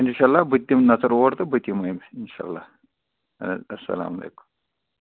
اِنشاء اللہ بہٕ تہِ دِمہٕ نظر اور تہٕ بہٕ تہِ یِمے اِنشاء اللہ اسلام علیکُم